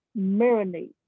marinate